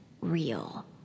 real